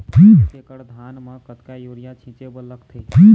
एक एकड़ धान म कतका यूरिया छींचे बर लगथे?